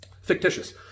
fictitious